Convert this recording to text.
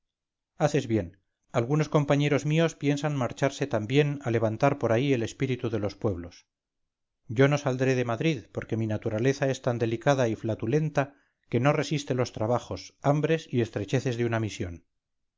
haces bien algunos compañeros míos piensan marcharse también a levantar por ahí el espíritu de los pueblos yo no saldré de madrid porque mi naturaleza es tan delicada y flatulenta que no resiste los trabajos hambres y estrecheces de una misión